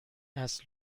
است